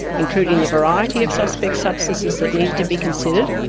including the variety of suspect substances that needed to be considered,